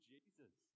Jesus